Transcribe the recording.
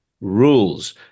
rules